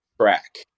track